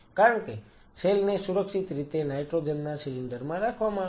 કારણ કે સેલ ને સુરક્ષિત રીતે નાઈટ્રોજન ના સિલિન્ડર માં રાખવામાં આવે છે